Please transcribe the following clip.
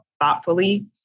thoughtfully